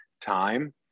time